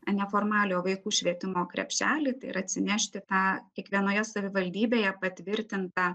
neformaliojo vaikų švietimo krepšelį tai ir atsinešti tą kiekvienoje savivaldybėje patvirtintą